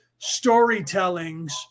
storytellings